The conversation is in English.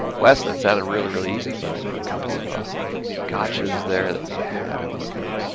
wes, that sounded really, really easy but there were a couple of ah gotcha's there that we had overcome.